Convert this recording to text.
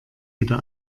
wieder